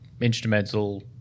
instrumental